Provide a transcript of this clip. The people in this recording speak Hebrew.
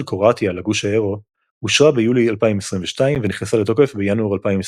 קרואטיה לגוש האירו אושרה ביולי 2022 ונכנסה לתוקף בינואר 2023.